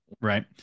Right